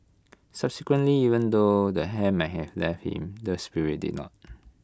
subsequently even though the hair might have left him the spirit did not